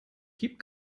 gib